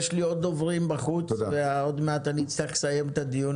יש לי עוד דוברים בחוץ ועוד מעט אני אצטרך לסיים את הדיון,